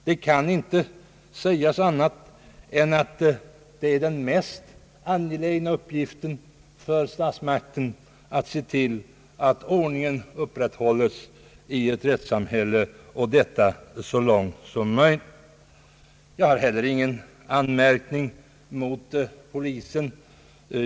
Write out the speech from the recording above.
Det kan inte sägas annat än att den mest angelägna uppgiften för statsmakten i ett rättssamhälle är att se till att ordningen upprätthålles, och detta så långt det är möjligt. Jag har heller ingen anmärkning mot polisen.